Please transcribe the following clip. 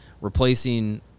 replacing